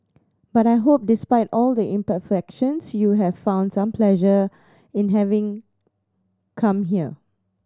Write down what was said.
but I hope despite all the imperfections you have found some pleasure in having come here